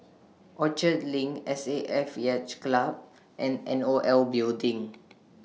Orchard LINK S A F Yacht Club and N O L Building